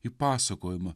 į pasakojimą